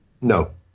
No